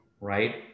right